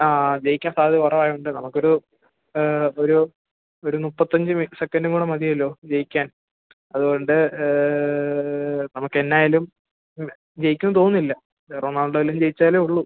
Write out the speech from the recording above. ആ ജയിക്കാൻ സാധ്യത കുറവായതുകൊണ്ട് നമുക്കൊരു ഒരു ഒരു മുപ്പത്തഞ്ച് സെക്കൻറ്റും കൂടെ മതിയല്ലോ ജയിക്കാൻ അത് കൊണ്ട് നമുക്കെന്തായാലും ജയിക്കുമെന്ന് തോന്നുന്നില്ല റൊണാൾഡൊ വല്ലതും ജയിച്ചാലേ ഉള്ളൂ